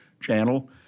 channel